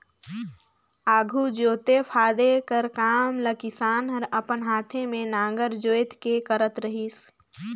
आघु जोते फादे कर काम ल किसान हर अपन हाथे मे नांगर जोएत के करत रहिस